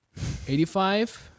85